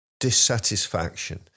dissatisfaction